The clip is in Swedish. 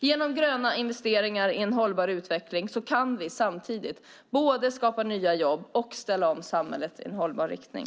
Genom gröna investeringar i en hållbar utveckling kan vi både skapa nya jobb och ställa om samhället i en hållbar riktning.